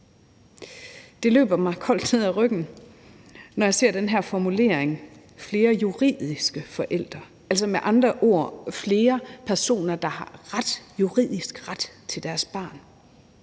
Det løber mig koldt ned ad ryggen, når jeg ser den her formulering: flere juridiske forældre. Altså, det er med andre ord flere personer, der har juridisk ret til deres barn.